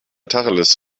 tacheles